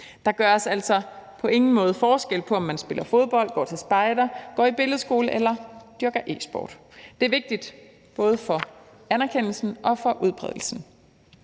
Der gøres altså på ingen måde forskel på, om man spiller fodbold, går til spejder, går i billedskole eller dyrker e-sport. Det er vigtigt både for anerkendelsen og for udbredelsen.